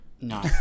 No